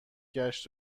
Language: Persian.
گشت